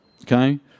Okay